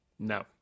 No